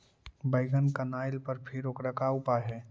बैगन कनाइल फर है ओकर का उपाय है?